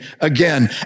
again